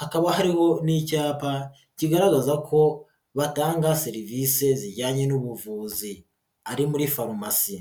hakaba hariho n'icyapa kigaragaza ko batanga serivise zijyanye n'ubuvuzi ari muri farumasi.